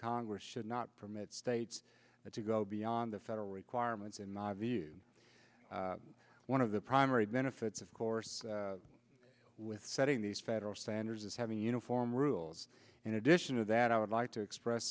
congress should not permit states to go beyond the federal requirements in my view one of the primary benefits of course with setting these federal standards is having uniform rules in addition to that i would like to express